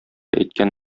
әйткән